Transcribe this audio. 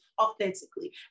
authentically